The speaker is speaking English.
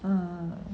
hmm